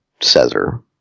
caesar